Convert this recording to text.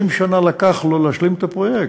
20 שנה לקח לו להשלים את הפרויקט.